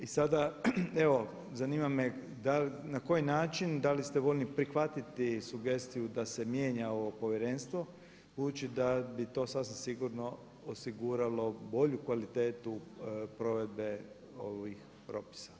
I sada evo zanima me na koji način, da li ste voljni prihvatiti sugestiju da se mijenja ovo povjerenstvo budući da bi to sasvim sigurno osiguralo bolju kvalitetu provedbe ovih propisa.